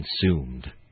consumed